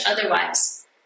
otherwise